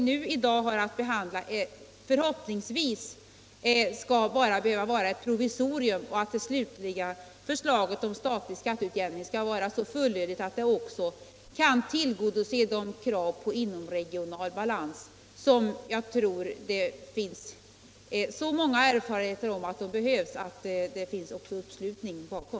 Det förslag som nu behandlas skall förhoppningsvis bara behöva vara ett provisorium och det slutliga förslaget till skatteutjämning vara så fullödigt att det också kan tillgodose det krav på inomregional balans som jag tror att det finns en stark uppslutning bakom på grund av de erfarenheter som gjorts på många håll.